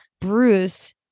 Bruce